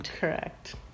Correct